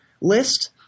list